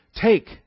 Take